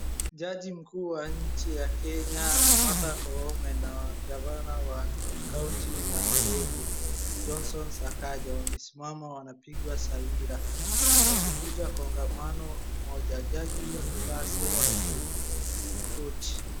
Jaji mkuu wa nchi ya Kenya, Martha Koome na gavana wa kaunti la Nairobi Johnson Sakaja wamesimama wanapigwa sawira wamekuja kongamano moja. Jaji huyo amevaa sare ya kikorti.